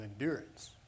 endurance